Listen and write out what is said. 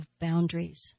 boundaries